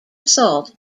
assault